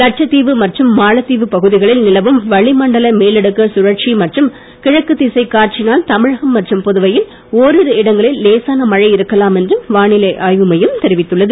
லட்சத்தீவு மற்றும் மாலத்தீவு பகுதிகளில் நிலவும் வளி மண்டல மேலடுக்கு சுழற்சி மற்றும் கிழக்கு திசைக் காற்றினால் தமிழகம் மற்றும் புதுவையில் ஓரிரு இடங்களில் லேசான மழை இருக்கலாம் என்றும் வானிலை ஆய்வுமையம் தெரிவித்துள்ளது